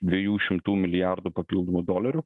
dviejų šimtų milijardų papildomų dolerių